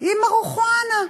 עם מריחואנה,